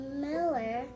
miller